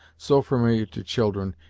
so familiar to children,